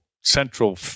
central